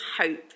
hope